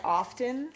often